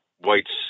Whites